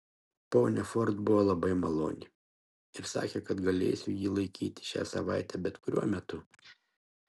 ponia ford buvo labai maloni ir sakė kad galėsiu jį laikyti šią savaitę bet kuriuo metu